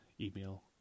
email